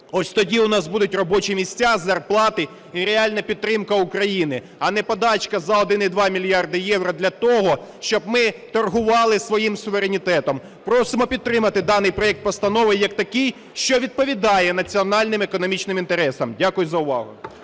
Ось тоді у нас будуть робочі місця, зарплати і реальна підтримка України, а не подачка за 1,2 мільярда євро для того, щоб ми торгували своїм суверенітетом. Просимо підтримати даний проект постанови як такий, що відповідає національним економічним інтересам. Дякую за увагу.